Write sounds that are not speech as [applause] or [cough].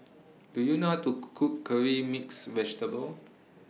Do YOU know How [noise] to [unintelligible] Cook Curry Mixed Vegetable